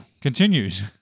continues